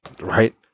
right